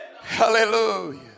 hallelujah